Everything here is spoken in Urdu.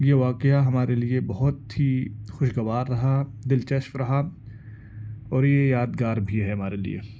یہ واقعہ ہمارے لیے بہت ہی خوشگوار رہا دلچسپ رہا اور یہ یادگار بھی ہے ہمارے لیے